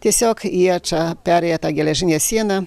tiesiog jie čia perėję tą geležinę sieną